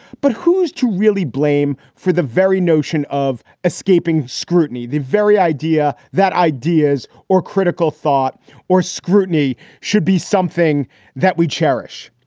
but who's to really blame for the very notion of escaping scrutiny? the very idea that ideas or critical thought or scrutiny should be something that we cherish.